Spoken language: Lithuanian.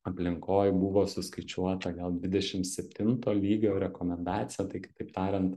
aplinkoj buvo suskaičiuota gal dvidešim septinto lygio rekomendacija tai kitaip tariant